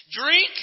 drink